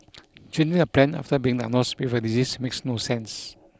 changing a plan after being diagnosed with a disease makes no sense